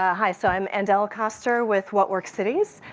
ah hi, so i'm andel koester with what works cities.